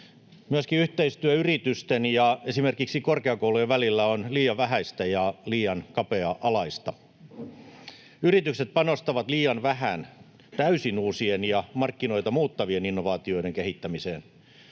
Myöskin yhteistyö yritysten ja esimerkiksi korkeakoulujen välillä on liian vähäistä ja liian kapea-alaista. Yritykset panostavat liian vähän täysin uusien ja markkinoita muuttavien innovaatioiden kehittämiseen.